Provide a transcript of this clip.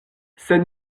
sed